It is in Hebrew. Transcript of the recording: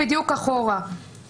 היא להקים יחידת מחקר בדיוק בתחום הזה,